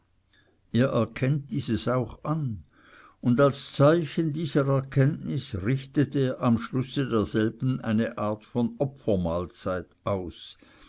erkennt dieses auch an und als zeichen dieser erkenntnis richtet er am schlusse derselben eine art von opfermahlzeit aus